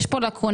יש פה לקונה,